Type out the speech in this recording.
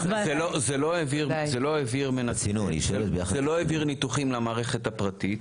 זה לא העביר ניתוחים למערכת הפרטית,